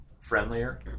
friendlier